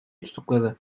tutukladı